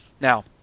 Now